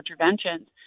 interventions